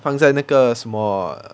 放在那个什么